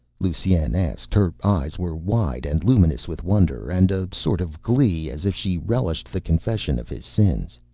lusine asked. her eyes were wide and luminous with wonder and sort of glee as if she relished the confession of his sins.